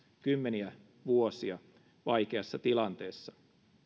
kymmeniä vuosia vaikeassa tilanteessa